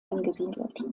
angesiedelt